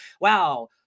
wow